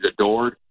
adored